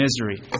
misery